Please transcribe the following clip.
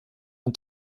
und